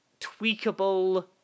Tweakable